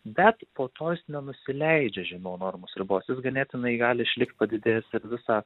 bet po jis nenusileidžia žemiau normos ribos jis ganėtinai gali išlikt padidės ir visą